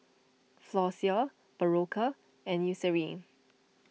Floxia Berocca and Eucerin